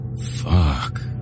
Fuck